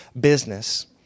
business